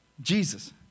Jesus